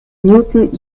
newton